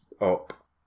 up